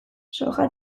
soja